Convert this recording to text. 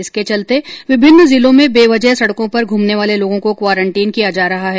इसके चलते विभिन्न जिलों में बेवजह सड़कों पर घूमने वाले लोगों को क्वारेन्टीन किया जा रहा है